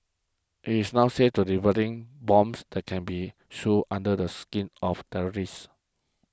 he is now said to developing bombs that can be sewn under the skin of terrorists